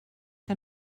que